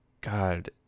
God